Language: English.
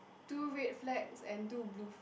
two red flags and two blue